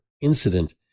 incident